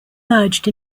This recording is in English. merged